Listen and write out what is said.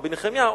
רבי נחמיה,